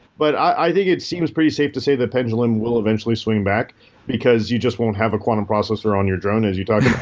but i think it seems pretty safe to say the pendulum will eventually swing back because you just won't have a quantum processor on your drone as you talked